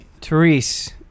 Therese